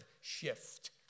shift